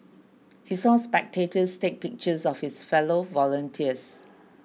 he saw spectators take pictures of his fellow volunteers